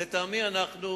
לטעמי, אנחנו